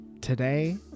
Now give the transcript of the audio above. today